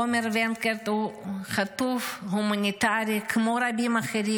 עומר ונקרט הוא חטוף הומניטרי, כמו רבים אחרים.